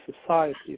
society